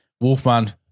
Wolfman